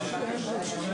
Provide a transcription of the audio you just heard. הישיבה